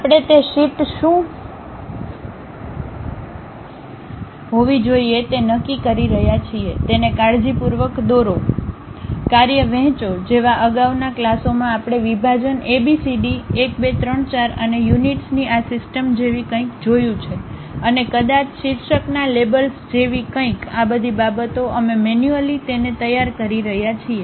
આપણે તે શીટ શું હોવી જોઈએ તે નક્કી કરી રહ્યા છીએ તેને કાળજીપૂર્વક દોરો કાર્ય વહેંચો જેવા અગાઉના ક્લાસોમાં આપણે વિભાજન એ બી સી ડી 1 2 3 4 અને યુનિટ્સની આ સિસ્ટમ જેવી કંઈક જોયું છે અને કદાચ શીર્ષકના લેબલ્સ જેવી કંઈક આ બધી બાબતો અમે મેન્યુઅલી તેને તૈયાર કરી રહ્યા છીએ